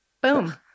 boom